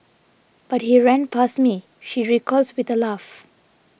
but he ran past me she recalls with a laugh